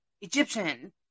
Egyptian